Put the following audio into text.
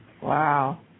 Wow